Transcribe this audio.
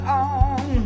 on